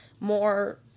more –